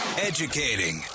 Educating